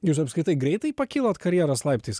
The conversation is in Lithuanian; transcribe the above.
jūs apskritai greitai pakilot karjeros laiptais